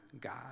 God